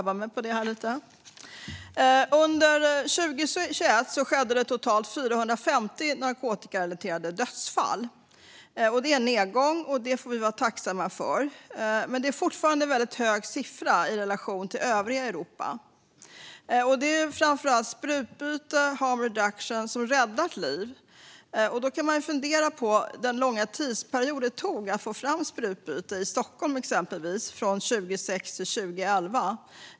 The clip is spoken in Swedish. Under 2021 skedde det totalt 450 narkotikarelaterade dödsfall, vilket är en nedgång, och det får vi vara tacksamma för. Men det är fortfarande en hög siffra i relation till övriga Europa. Det är framför allt sprututbyte och harm reduction som räddar liv. Då kan man fundera på varför det tog så lång tid, från 2006 till 2011, att få till sprututbyte i exempelvis Stockholm.